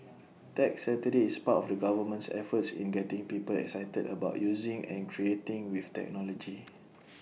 Tech Saturday is part of the government's efforts in getting people excited about using and creating with technology